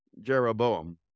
Jeroboam